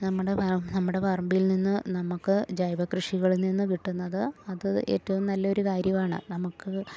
നമ്മുടെ നമ്മുടെ പറമ്പിൽ നിന്ന് നമുക്ക് ജൈവ കൃഷികളിൽ നിന്ന് കിട്ടുന്നത് അത് ഏറ്റവും നല്ലൊരു കാര്യമാണ് നമുക്ക്